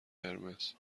قرمز